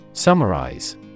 Summarize